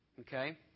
Okay